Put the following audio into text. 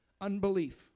unbelief